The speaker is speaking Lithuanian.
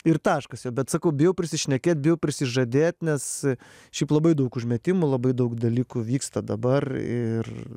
ir taškas jau bet sakau bijau prisišnekėt bijau prisižadėt nes šiaip labai daug užmetimų labai daug dalykų vyksta dabar ir